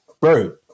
Bro